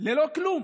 ללא כלום,